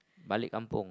balik kampung